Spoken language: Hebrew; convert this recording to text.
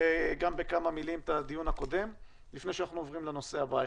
בכמה מילים את הדיון הקודם לפני שאנחנו עוברים לנושא הבא.